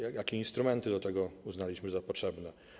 Jakie instrumenty do tego uznaliśmy za potrzebne?